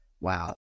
Wow